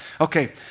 okay